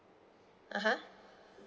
(uh huh)